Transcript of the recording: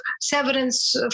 severance